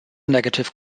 negative